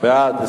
בעד,